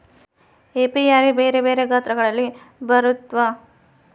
apiary ಬೆರೆ ಬೆರೆ ಗಾತ್ರಗಳಲ್ಲಿ ಬರುತ್ವ